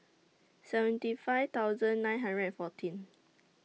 seventy five thousand nine hundred and fourteen